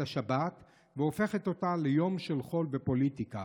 השבת והופכת אותה ליום של חול בפוליטיקה.